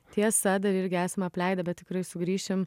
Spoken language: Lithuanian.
tiesa dar irgi esame apleidę bet tikrai sugrįšim